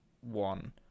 one